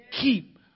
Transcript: Keep